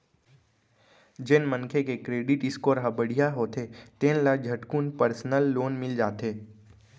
जेन मनखे के करेडिट स्कोर ह बड़िहा होथे तेन ल झटकुन परसनल लोन मिल जाथे